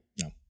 no